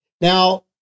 Now